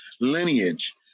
lineage